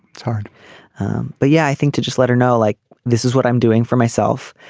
it's hard but yeah i think to just let her know like this is what i'm doing for myself.